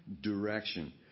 direction